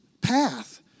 path